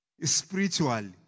spiritually